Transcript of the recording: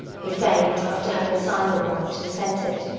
who feigned, after having signed the warrant and sent it,